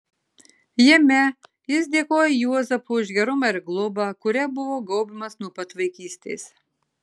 jame jis dėkoja juozapui už gerumą ir globą kuria buvo gaubiamas nuo pat vaikystės